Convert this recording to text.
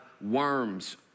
worms